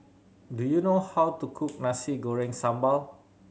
do you know how to cook Nasi Goreng Sambal